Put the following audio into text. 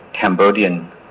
Cambodian